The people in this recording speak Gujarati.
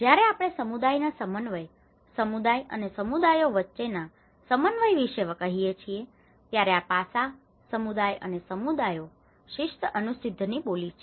જયારે આપણે સમુદાય ના સમન્વય સમુદાય અને સમુદાયો વચ્ચે ના સમન્વય વિશે કહીએ છીએ ત્યારે આ પાસાં સમુદાય અને સમુદાયો શિસ્ત અનુસિધ્ધની બોલી છે